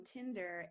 Tinder